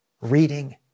reading